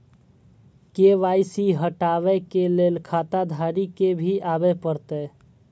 KYC हटाबै के लैल खाता धारी के भी आबे परतै?